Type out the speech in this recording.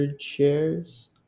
shares